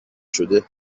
شده